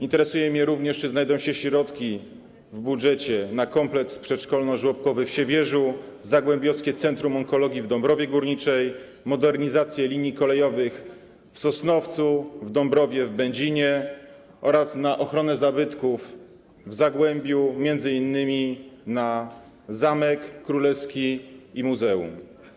Interesuje mnie również to, czy znajdą się środki w budżecie na kompleks przedszkolno-żłobkowy w Siewierzu, Zagłębiowskie Centrum Onkologii w Dąbrowie Górniczej, modernizację linii kolejowych w Sosnowcu, w Dąbrowie i w Będzinie oraz na ochronę zabytków w Zagłębiu, m.in. na zamek królewski i muzeum.